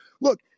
Look